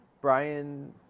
Brian